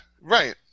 Right